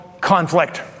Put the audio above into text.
conflict